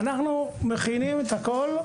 אנחנו מכינים את הכול.